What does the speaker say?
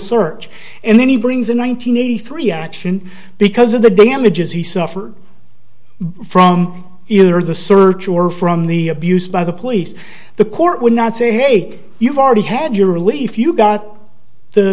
search and then he brings in one nine hundred eighty three action because of the damages he suffered from either the search or from the abuse by the police the court would not say hey you've already had your relief you got the